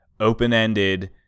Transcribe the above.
open-ended